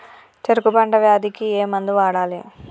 చెరుకు పంట వ్యాధి కి ఏ మందు వాడాలి?